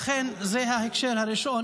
זה ההקשר הראשון,